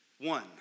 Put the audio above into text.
One